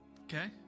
Okay